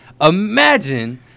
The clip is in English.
Imagine